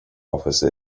office